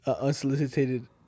unsolicited